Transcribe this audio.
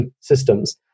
systems